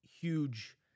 huge